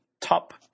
top